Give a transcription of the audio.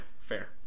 Fair